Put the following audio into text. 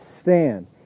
stand